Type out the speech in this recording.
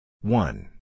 One